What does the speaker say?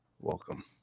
welcome